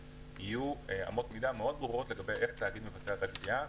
יהיו אמות מידה מאוד ברורות לגבי איך תאגיד מבצע את הגבייה,